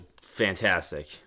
fantastic